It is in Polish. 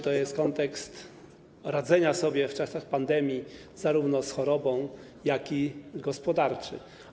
To jest kontekst radzenia sobie w czasach pandemii zarówno z chorobą, jak i gospodarczo.